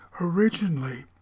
Originally